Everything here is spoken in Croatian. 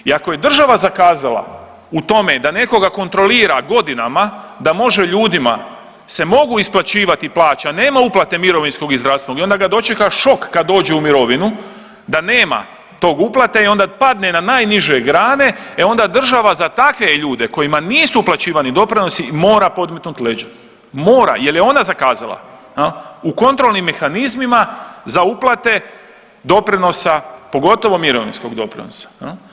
I ako je država zakazala u tome da nekoga kontrolira godinama da može ljudima se mogu se isplaćivati plaće, a nema uplate mirovinskog i zdravstvenog i onda ga dočeka šok kad dođe u mirovinu da nema tog uplate i onda padne na najniže grane, e onda država za takve ljude kojima nisu uplaćivani doprinosa mora podmetnut leđa, mora jer je ona zakazala u kontrolnim mehanizmima za uplate doprinosa pogotovo mirovinskog doprinosa.